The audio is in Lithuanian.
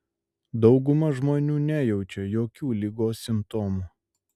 dauguma žmonių nejaučia jokių ligos simptomų